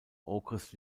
okres